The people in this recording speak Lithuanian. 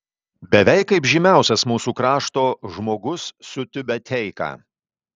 beveik kaip žymiausias mūsų krašto žmogus su tiubeteika